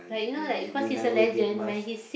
really if you never did much